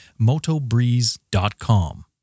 Motobreeze.com